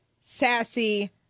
sassy